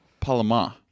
Palama